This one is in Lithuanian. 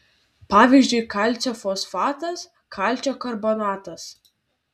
pavyzdžiui kalcio fosfatas kalcio karbonatas